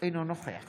אינו נוכח